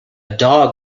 dog